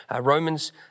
Romans